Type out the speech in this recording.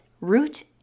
root